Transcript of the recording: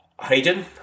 Hayden